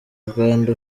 uganda